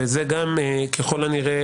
וזה גם ככל הנראה,